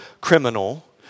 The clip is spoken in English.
criminal